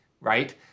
right